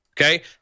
okay